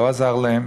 לא עזר להם,